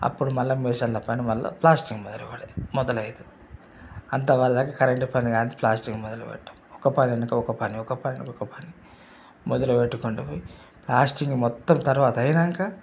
అప్పుడు మళ్ళా మిషన్ల పైన మళ్ళా ప్లాస్టరింగ్ మొదలు పెడ మొదలు అవుతుంది అంత వాళ్ళకి కరంటు పని కానించి ప్లాస్టరింగ్ మొదలుపెట్టము ఒక పని వెనక ఒక పని ఒక పని మొదలు పెట్టుకుంటు పోయి లాస్ట్కి మొత్తం తర్వాతయినాక